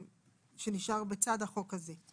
שנשארות לצד החוק הזה.